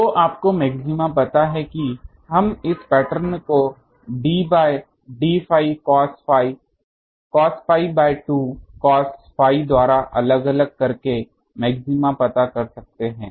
तो आपको मैक्सिमा पता है कि हम इस पैटर्न को d by d phi cos pi by 2 cos phi द्वारा अलग अलग करके मैक्सिमा पता कर सकते हैं